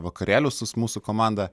vakarėlius su mūsų komanda